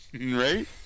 right